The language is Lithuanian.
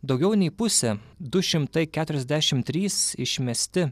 daugiau nei pusė du šimtai keturiasdešim trys išmesti